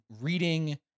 reading